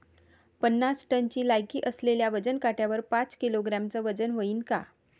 पन्नास टनची लायकी असलेल्या वजन काट्यावर पाच किलोग्रॅमचं वजन व्हईन का?